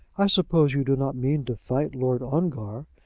i suppose you do not mean to fight lord ongar,